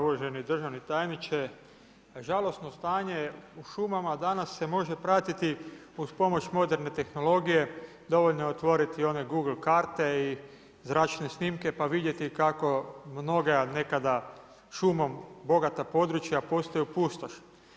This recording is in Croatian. Uvaženi državni tajniče, žalosno stanje u šumama danas se može pratiti uz pomoć moderne tehnologije, dovoljno je otvoriti one google karte i zračne snimke pa vidjeti kako mnoga nekada šumom bogata područja postaju pustoš.